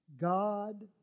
God